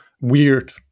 weird